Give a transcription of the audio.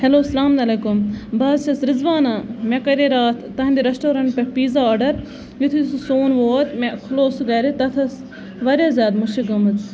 hello سَلام علیکُم بہٕ حظ چھَس رِزوانا مےٚ کَرے راتھ تُہُندِ ریسٹورَنٹ پٮ۪ٹھ پیٖزا آرڈر یِتھُے سُہ سون ووٚت مےٚ کھُلو سُہ گرِ تَتھ ٲسۍ واریاہ زیادٕ مُشٕک گٔمٕژ